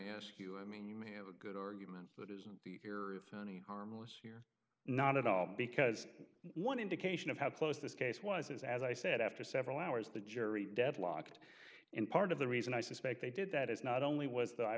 ask you i mean you may have a good or human that isn't funny harmless here not at all because one indication of how close this case was is as i said after several hours the jury deadlocked in part of the reason i suspect they did that is not only was